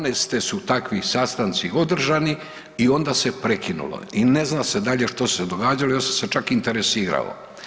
17 su takvi sastanci održani i onda se prekinulo i ne za se dalje što se događalo i onda se čak interesiralo.